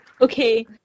Okay